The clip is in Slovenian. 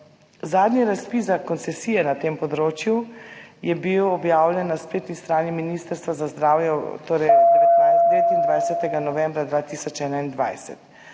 Zadnji razpis za koncesije na tem področju je bil objavljen na spletni strani Ministrstva za zdravje 29. novembra 2021.